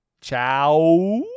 ciao